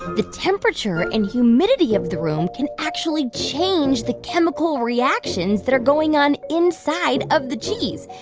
the temperature and humidity of the room can actually change the chemical reactions that are going on inside of the cheese.